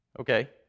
Okay